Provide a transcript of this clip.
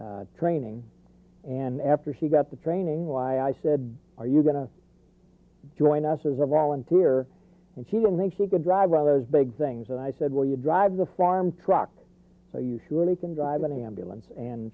training and after she got the training why i said are you going to join us as a volunteer and she didn't think she could drive one of those big things and i said well you drive the farm truck so you surely can drive an ambulance and